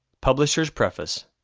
publishers' preface